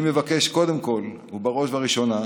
אני מבקש קודם כול ובראש ובראשונה